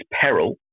peril